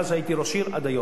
מאז הייתי ראש עיר עד היום.